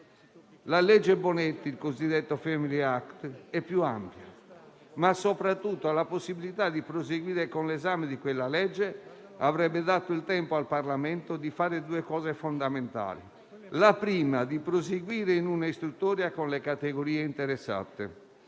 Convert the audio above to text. di legge Bonetti, il cosiddetto *family act*, è più ampia; ma soprattutto la possibilità di proseguire con l'esame di quel disegno di legge avrebbe dato il tempo al Parlamento di fare due cose fondamentali: in primo luogo, proseguire in una istruttoria con le categorie interessate;